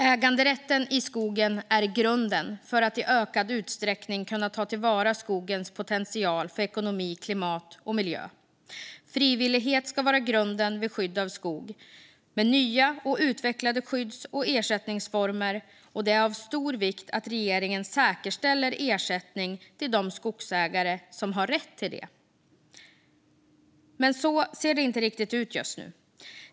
Äganderätten i skogen är grunden för att i ökad utsträckning kunna ta till vara skogens potential för ekonomi, klimat och miljö. Frivillighet ska vara grunden vid skydd av skog med nya och utvecklade skydds och ersättningsformer, och det är av stor vikt att regeringen säkerställer ersättning till de skogsägare som har rätt till det. Så ser det dock inte riktigt ut just nu.